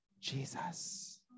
Jesus